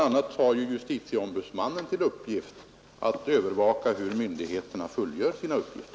a. har justitieombudsmannen till uppgift att övervaka hur myndigheterna fullgör sina uppgifter.